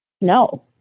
No